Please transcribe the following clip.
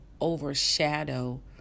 overshadow